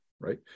right